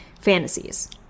fantasies